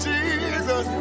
Jesus